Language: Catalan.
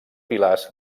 pilars